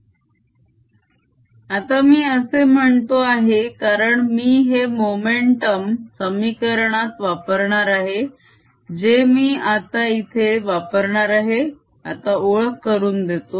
S10EB Su c आता मी असे म्हणतो आहे कारण मी हे मोमेंटम समीकरणात वापरणार आहे जे मी आता इथे वापरणार आहे आता ओळख करून देतो